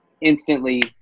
instantly